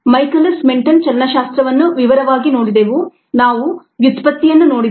Michaelis Menten ಚಲನಶಾಸ್ತ್ರವನ್ನು ವಿವರವಾಗಿ ನೋಡಿದೆವು ನಾವು ವ್ಯುತ್ಪತ್ತಿ ಯನ್ನು ನೋಡಿದೆವು